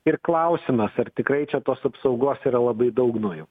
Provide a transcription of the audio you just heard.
ir klausimas ar tikrai čia tos apsaugos yra labai daug nuo jų